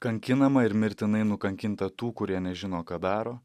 kankinamą ir mirtinai nukankintą tų kurie nežino ką daro